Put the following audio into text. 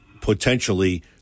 potentially